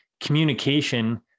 communication